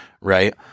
right